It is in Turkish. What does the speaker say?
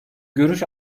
görüş